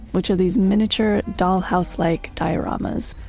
which are these miniature dollhouse-like diorama's,